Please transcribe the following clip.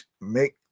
make